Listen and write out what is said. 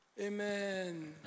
Amen